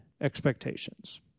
expectations